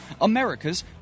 America's